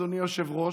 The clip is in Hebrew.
אדוני היושב-ראש,